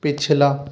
पिछला